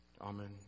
Amen